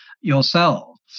yourselves